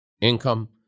income